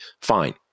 Fine